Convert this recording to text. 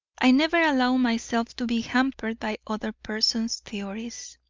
i never allow myself to be hampered by other persons' theories.